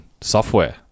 software